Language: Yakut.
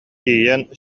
тиийэн